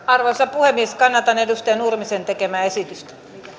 arvoisa puhemies kannatan edustaja nurmisen tekemää esitystä